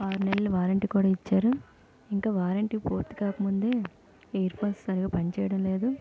ఆరు నెల్లు వారెంటి కూడా ఇచ్చారు ఇంక వారేంటి పూర్తికాక ముందే ఇయర్ ఫోన్స్ సరిగా పనిచేయడం లేదు